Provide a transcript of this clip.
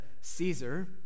Caesar